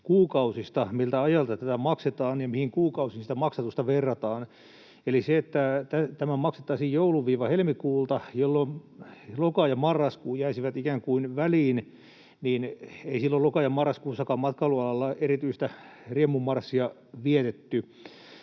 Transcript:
kuukausista, joiden ajalta tätä maksetaan, ja siihen, mihin kuukausiin sitä maksatusta verrataan. Eli on huomioitava se, että tämä maksettaisiin joulu—helmikuulta, jolloin loka‑ ja marraskuu jäisivät ikään kuin väliin, vaikka ei silloin loka- ja marraskuussakaan matkailualalla erityistä riemun marssia vietetty.